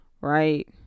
right